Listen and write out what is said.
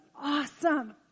awesome